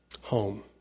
home